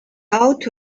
out